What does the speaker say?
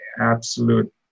absolute